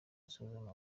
gusuzuma